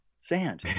Sand